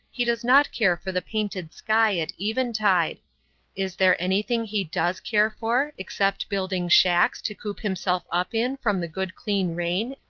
he does not care for the painted sky at eventide is there anything he does care for, except building shacks to coop himself up in from the good clean rain,